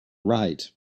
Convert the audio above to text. right